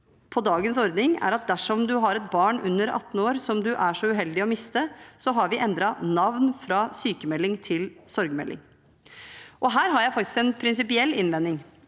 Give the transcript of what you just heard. fra dagens ordning at dersom du har et barn under 18 år som du er så uheldig å miste, har vi endret navn fra «sykmelding» til «sorgmelding». Her har jeg faktisk en prinsipiell innvendig,